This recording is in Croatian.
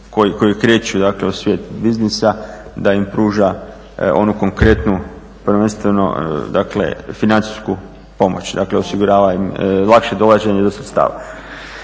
koji kreću, dakle u svijet biznisa da im pruža onu konkretnu, prvenstveno dakle financijsku pomoć. Dakle, osigurava im lakše dolaženje do sredstava.